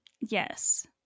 yes